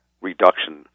reduction